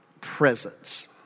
presence